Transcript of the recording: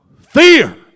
Fear